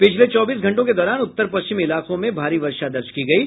पिछले चौबीस घंटों के दौरान उत्तर पश्चिम इलाकों में भारी वर्षा दर्ज की गयी